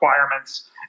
requirements